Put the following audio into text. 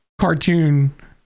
cartoon